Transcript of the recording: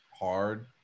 hard